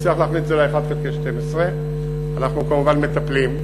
הצליח להכניס את זה ל-1 חלקי 12. אנחנו כמובן מטפלים.